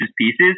Pieces